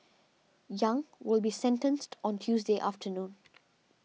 Yang will be sentenced on Tuesday afternoon